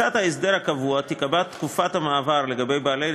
תודה רבה,